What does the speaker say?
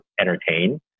entertain